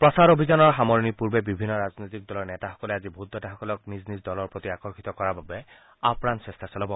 প্ৰচাৰ অভিযানৰ সামৰণিৰ পূৰ্বে বিভিন্ন ৰাজনৈতিক দলৰ নেতাসকলে ভোটদাতাসকলক নিজ নিজ দলৰ প্ৰতি আকৰ্ষিত কৰাৰ বাবে আপ্ৰাণ চেষ্টা চলাব